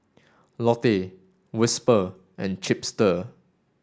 Lotte Whisper and Chipster